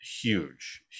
huge